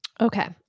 Okay